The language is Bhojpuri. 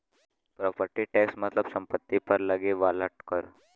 प्रॉपर्टी टैक्स मतलब सम्पति पर लगे वाला कर